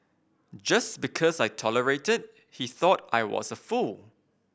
just because I tolerated he thought I was a fool